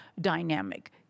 dynamic